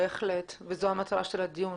בהחלט, וזו המטרה של הדיון.